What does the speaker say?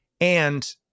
And-